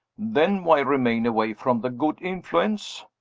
then why remain away from the good influence?